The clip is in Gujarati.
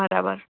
બરાબર